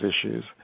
issues